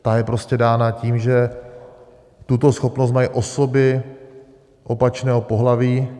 Ta je prostě dána tím, že tuto schopnost mají osoby opačného pohlaví.